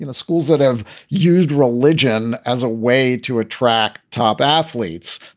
and schools that have used religion as a way to attract top athletes?